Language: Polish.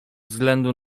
względu